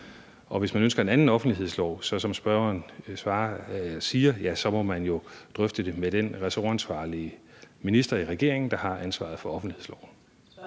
og hvis man ønsker en anden offentlighedslov, så må man jo, som spørgeren siger, drøfte det med den minister i regeringen, der har ressortansvaret for offentlighedsloven.